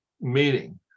meeting